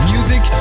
Music